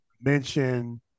mention